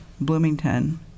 Bloomington